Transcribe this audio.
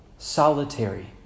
Solitary